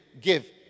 give